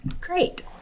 Great